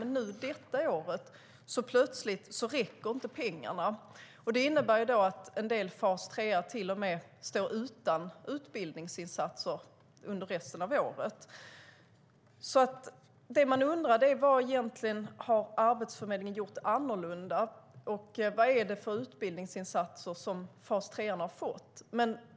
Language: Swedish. Men detta år räcker plötsligt inte pengarna. Det innebär att en del fas 3:are till och med står utan utbildningsinsatser under resten av året. Vad har Arbetsförmedlingen gjort annorlunda, och vilka utbildningsinsatser har fas 3:arna fått?